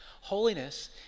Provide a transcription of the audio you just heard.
Holiness